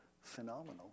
phenomenal